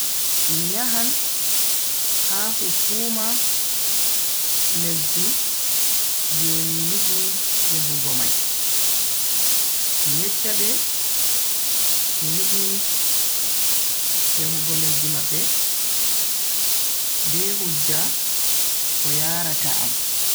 Mi yahan ha hukuma lesdu je mi yidi yahugo mai, mi yeccha be mi yidi yahugo lesdi mabbe be hujja ko yarata am.